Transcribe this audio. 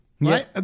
right